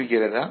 புரிகிறதா